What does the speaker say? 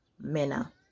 manner